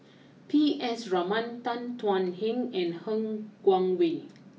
P S Raman Tan Thuan Heng and Han Guangwei